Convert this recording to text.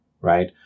right